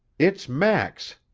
it's max!